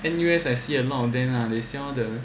N_U_S I see a lot of them lah they sell the